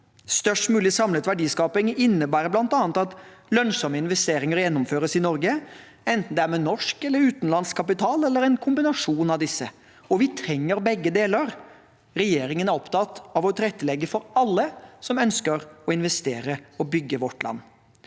Størst mulig samlet verdiskaping innebærer bl.a. at lønnsomme investeringer gjennomføres i Norge, enten det er med norsk eller utenlandsk kapital eller en kombinasjon av disse. Vi trenger begge deler. Regjeringen er opptatt av å tilrettelegge for alle som ønsker å investere i og bygge vårt land.